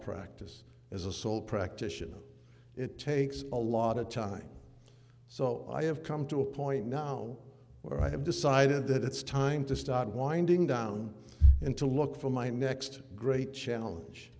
practice as a sole practitioner it takes a lot of time so i have come to a point now where i have decided that it's time to start winding down and to look for my next great challenge